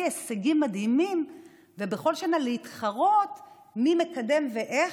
הישגים מדהימים ובכל שנה להתחרות מי מקדם ואיך,